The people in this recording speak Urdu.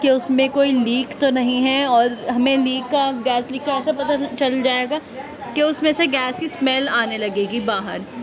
کہ اس میں کوئی لیک تو نہیں ہے اور ہمیں لیک کا گیس لیک کا پتہ چل جائے گا کہ اس میں سے گیس کی اسمیل آنے لگے گی باہر